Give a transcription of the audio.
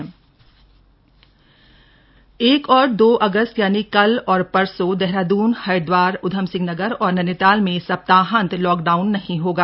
lockdown update एक और दो अगस्त यानि कल और परसो देहरादून हरिद्वार उधमसिंह नगर और नैनीताल में सप्ताहांत लॉकडाउन नहीं होगा